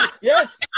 Yes